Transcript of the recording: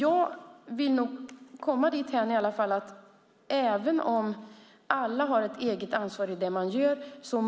Alla har ju ett eget ansvar för det de gör.